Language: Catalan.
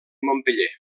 montpeller